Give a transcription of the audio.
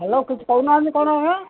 hello କିଛି କହୁନାହାନ୍ତି କ'ଣ ଆଜ୍ଞା